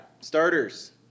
starters